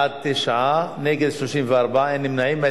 בעד, 10, נגד, 30, נמנעים, אין.